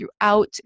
throughout